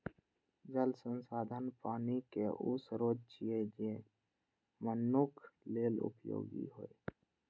जल संसाधन पानिक ऊ स्रोत छियै, जे मनुक्ख लेल उपयोगी होइ